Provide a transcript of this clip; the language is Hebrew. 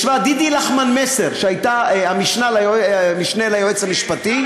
ישבה, דידי לחמן-מסר, שהייתה המשנה ליועץ המשפטי,